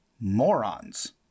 morons